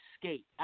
skate